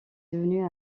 devenue